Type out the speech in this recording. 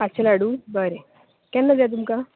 मात्शीं लाडू बरें केन्ना जाय तुमका